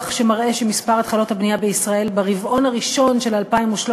שמראה שמספר התחלות הבנייה בישראל ברבעון הראשון של 2013